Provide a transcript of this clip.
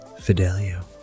Fidelio